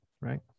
right